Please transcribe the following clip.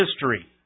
history